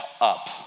up